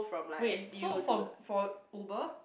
wait so for for Uber